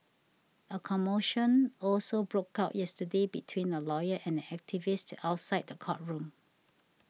a commotion also broke out yesterday between a lawyer and an activist outside the courtroom